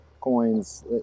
coins